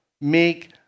make